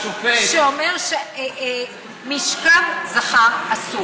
אני חושב שמה שברק עשה זה לא טוב.